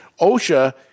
OSHA